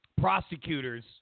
prosecutors